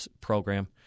program